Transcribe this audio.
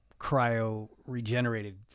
cryo-regenerated